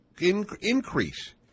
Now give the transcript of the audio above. increase